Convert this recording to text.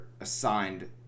assigned